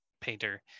painter